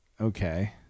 Okay